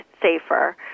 Safer